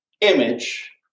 image